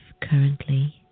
currently